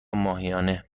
ماهیانه